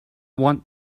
want